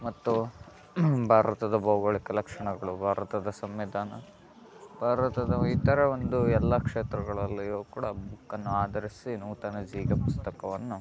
ಮತ್ತು ಭಾರತದ ಭೌಗೋಳಿಕ ಲಕ್ಷಣಗಳು ಭಾರತದ ಸಂವಿಧಾನ ಭಾರತದ ಇತರ ಒಂದು ಎಲ್ಲಾ ಕ್ಷೇತ್ರಗಳಲ್ಲಿಯೂ ಕೂಡ ಬುಕ್ಕನ್ನ ಆಧರಿಸಿ ನೂತನ ಜಿ ಕೆ ಪುಸ್ತಕವನ್ನು